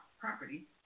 property